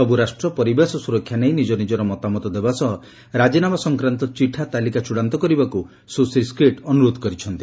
ସବୁ ରାଷ୍ଟ୍ର ପରିବେଶ ସୁରକ୍ଷା ନେଇ ନିଜ ନିଜର ମତାମତ ଦେବା ସହ ରାଜିନାମା ସଂକ୍ରାନ୍ତ ଚିଠା ତାଲିକା ଚ୍ଚଡ଼ାନ୍ତ କରିବାକୁ ସୁଶ୍ରୀ ସ୍କିଟ୍ ଅନୁରୋଧ କରିଛନ୍ତି